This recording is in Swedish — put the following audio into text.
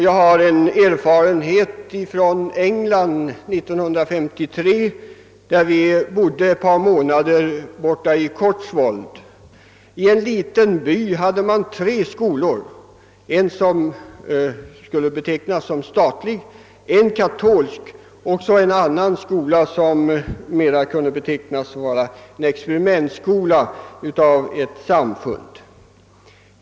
Jag har en erfarenhet av den här saken från England. År 1953 bodde jag ett par månader i Cotswold. I en liten by där fanns tre skolor, en som skulle betecknas som statlig, en katolsk och en tredje skola av experimentkaraktär som ägdes av ett annat samfund.